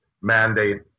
mandate